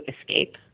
escape